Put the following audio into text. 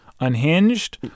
unhinged